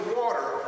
water